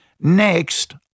Next